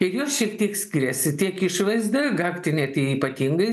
ir jos šiek tiek skiriasi tiek išvaizda gaktinė tai ypatingai